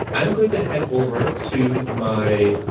i'm going to head over to. my, ah.